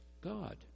God